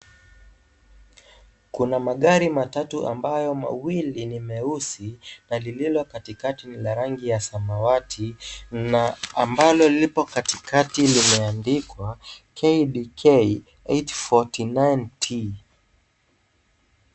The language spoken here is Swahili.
Kuna magari matatu ambayo mawili ni meusi na lililo katikati ni za rangi ya samawati na ambalo lipo katikati limeandikwa KDK 849 T.